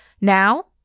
Now